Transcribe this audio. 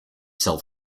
self